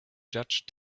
judge